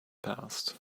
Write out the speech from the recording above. passed